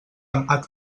amb